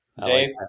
Dave